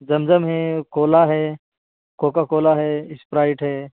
زمزم ہے کولا ہے Coca Cola ہے اسپرائٹ ہے